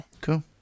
Cool